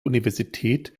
universität